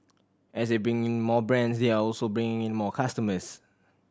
as they bring in more brands they are also bringing in more customers